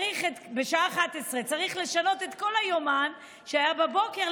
בשעה 11:00. צריך לשנות את כל היומן שהיה בבוקר,